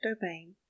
domain